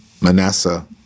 Manasseh